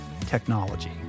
technology